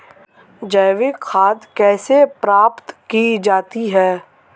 जैविक खाद कैसे प्राप्त की जाती है?